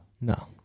No